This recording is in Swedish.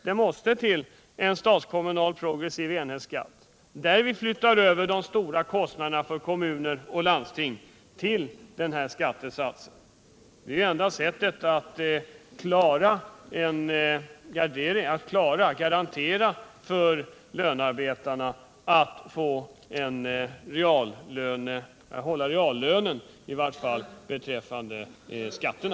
Det måste till en statskommunal progressiv enhetsskatt, som också täcker kostnaderna för kommuner och landsting. Det är enda sättet att garantera lönarbetarna bibehållen reallön, i vart fall beträffande skatterna.